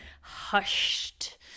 hushed